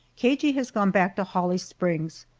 cagey has gone back to holly springs.